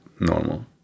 normal